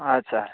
हजुर